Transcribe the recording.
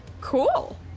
Cool